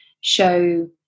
show